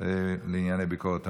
אין מתנגדים ואין נמנעים.